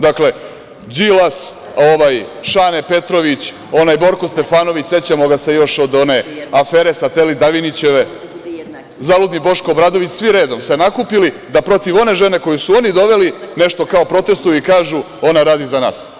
Dakle, Đilas, Šane Petrović, onaj Borko Stefanović, sećamo ga se još od one afere „Satelit“ Davinićeve, zaludni Boško Obradović, svi redom se nakupili da protiv one žene koju su oni doveli, nešto kao protestuju i kažu - ona radi za nas.